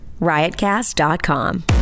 riotcast.com